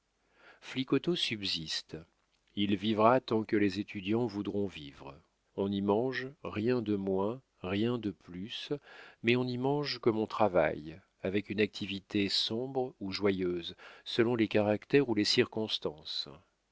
flicoteaux subsiste il vivra tant que les étudiants voudront vivre on y mange rien de moins rien de plus mais on y mange comme on travaille avec une activité sombre ou joyeuse selon les caractères ou les circonstances